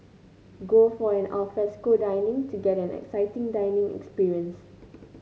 go for an alfresco dining to get an exciting dining experience